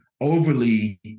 overly